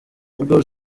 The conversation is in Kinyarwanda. igor